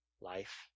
life